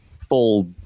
full